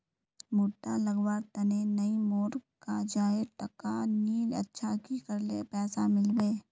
भुट्टा लगवार तने नई मोर काजाए टका नि अच्छा की करले पैसा मिलबे?